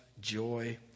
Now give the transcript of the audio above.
joy